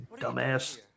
dumbass